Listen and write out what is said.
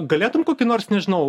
galėtum kokį nors nežinau